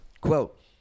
quote